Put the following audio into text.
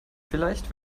vielleicht